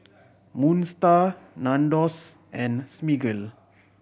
Moon Star Nandos and Smiggle